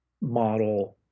model